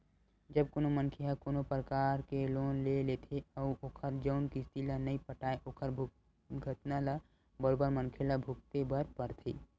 जब कोनो मनखे ह कोनो परकार के लोन ले लेथे अउ ओखर जउन किस्ती ल नइ पटाय ओखर भुगतना ल बरोबर मनखे ल भुगते बर परथे